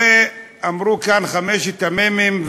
הרי אמרו כאן חמשת המ"מים,